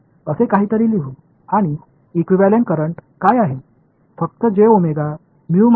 இந்த வெளிப்பாட்டை இங்கே நான் M இகுவெளன்ட் வைத்துள்ளேன்